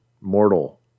mortal